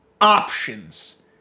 Options